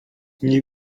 nie